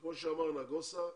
כמו שאמר נגוסה,